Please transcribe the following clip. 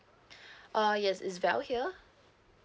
uh yes it's bell here